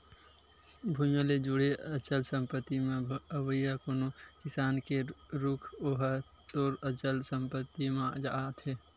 भुइँया ले जुड़े अचल संपत्ति म अवइया कोनो किसम के रूख ओहा तोर अचल संपत्ति म आथे